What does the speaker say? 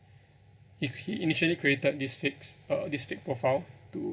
he cr~ he initially created this fakes uh this fake profile to